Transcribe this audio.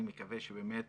אני מקווה שבאמת